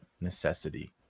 necessity